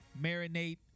marinate